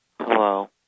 Hello